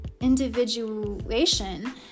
individuation